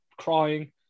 crying